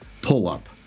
pull-up